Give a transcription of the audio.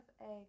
eggs